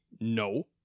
no